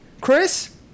Chris